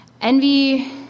Envy